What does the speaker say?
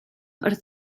wrth